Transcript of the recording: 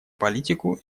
политику